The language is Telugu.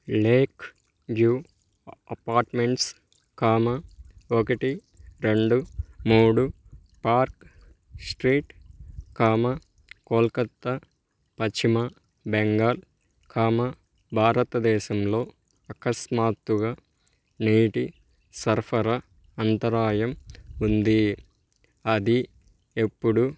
లేక్ వ్యూ అపార్ట్మెంట్స్ కామా ఒకటి రెండు మూడు పార్క్ స్ట్రీట్ కామా కోల్కాతా పశ్చిమ బెంగాల్ కామా భారతదేశంలో అకస్మాత్తుగా నీటి సరఫరా అంతరాయం ఉంది అది ఎప్పుడు